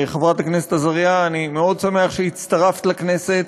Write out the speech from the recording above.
חברת הכנסת עזריה, אני מאוד שמח שהצטרפת לכנסת,